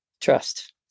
trust